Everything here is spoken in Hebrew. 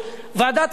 ועדת קש"ב.